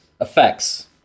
effects